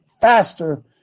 faster